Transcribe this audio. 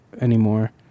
anymore